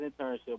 internship